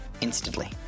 instantly